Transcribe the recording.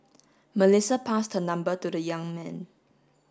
Melissa passed her number to the young man